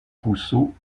rousseau